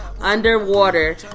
Underwater